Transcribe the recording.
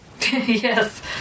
Yes